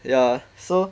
ya so